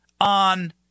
on